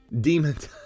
demons